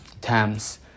times